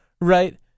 right